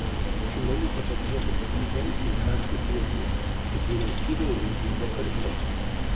šimonytė po priekaištų dėl pensijų ušackui priminė kad vyriausybėje jie dirbo kartu